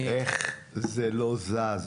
איך זה לא זז?